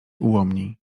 ułomni